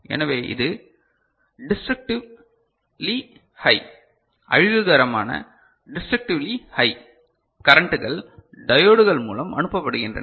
எனவே இது destructively high அழிவுகரமான டிஸ்ட்ரக்டிவ்லி ஹை கரண்டுகள் டையோட்கள் மூலம் அனுப்பப்படுகின்றன